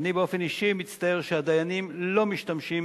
אני באופן אישי מצטער שהדיינים לא משתמשים